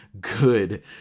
good